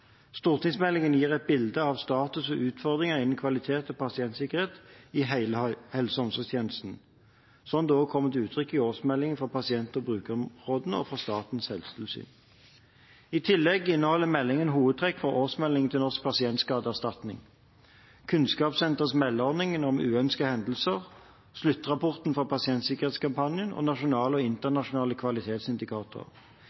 Stortingsmeldingen gir et bilde av status og utfordringer innenfor kvalitet og pasientsikkerhet i hele helse- og omsorgstjenesten, slik det kommer til uttrykk i årsmeldinger fra pasient- og brukerombudene og fra Statens helsetilsyn. I tillegg inneholder meldingen hovedtrekk fra årsmeldingen til Norsk pasientskadeerstatning, Kunnskapssenterets meldeordning om uønskede hendelser, sluttrapport fra pasientsikkerhetskampanjen og nasjonale og internasjonale kvalitetsindikatorer.